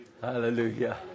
Hallelujah